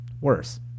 worse